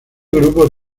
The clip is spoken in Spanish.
grupo